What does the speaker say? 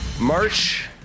March